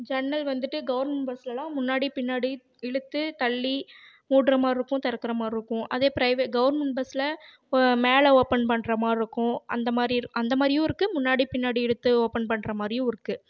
ஜன்னல் வந்துட்டு கவுர்மெண்ட் பஸ்லலாம் முன்னாடி பின்னாடி இழுத்து தள்ளி மூடுகிற மாதிரி இருக்கும் திறக்குற மாதிரி இருக்கும் அதே பிரைவே கவுர்மெண்ட் பஸ்ஸில் மேலே ஓப்பன் பண்ணுற மாதிரி இருக்கும் அந்த மாதிரி இரு அந்த மாதிரியும் இருக்கு முன்னாடி பின்னாடி இழுத்து ஓப்பன் பண்ணுற மாதிரியும் இருக்கும்